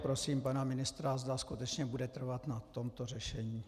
Prosím pana ministra, zda skutečně bude trvat na tomto řešení.